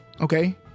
okay